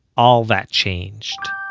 all that changed.